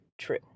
true